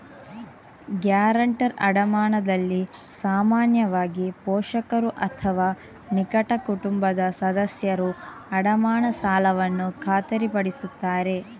guarantor ಅಡಮಾನದಲ್ಲಿ ಸಾಮಾನ್ಯವಾಗಿ, ಪೋಷಕರು ಅಥವಾ ನಿಕಟ ಕುಟುಂಬದ ಸದಸ್ಯರು ಅಡಮಾನ ಸಾಲವನ್ನು ಖಾತರಿಪಡಿಸುತ್ತಾರೆ